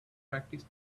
practice